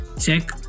check